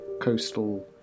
coastal